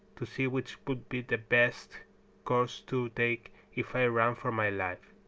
to see which would be the best course to take if i ran for my life.